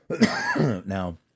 Now